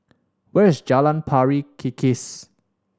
where is Jalan Pari Kikis